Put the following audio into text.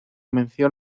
mención